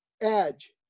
edge